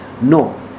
No